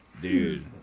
Dude